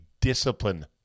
discipline